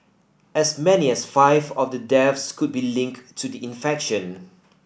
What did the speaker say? as many as five of the deaths could be linked to the infection